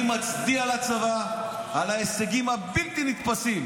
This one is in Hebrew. אני מצדיע לצבא על ההישגים הבלתי-נתפסים